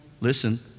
listen